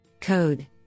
Code